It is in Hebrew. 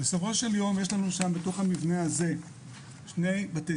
בסופו של יום יש לנו בתוך המבנה זהה 2 בתי